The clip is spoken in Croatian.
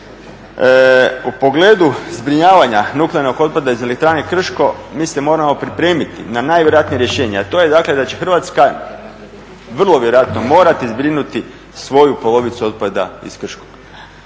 U pogledu zbrinjavanja nuklearnog otpada iz elektrane Krško mi se moramo pripremiti na najvjerojatnije rješenje, a to je dakle da će Hrvatska vrlo vjerojatno morati zbrinuti svoju polovicu otpada iz Krškog.